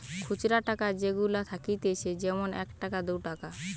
খুচরা টাকা যেগুলা থাকতিছে যেমন এক টাকা, দু টাকা